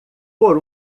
por